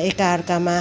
एका आर्कामा